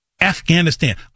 Afghanistan